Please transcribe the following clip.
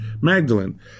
Magdalene